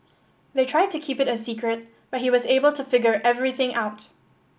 they tried to keep it a secret but he was able to figure everything out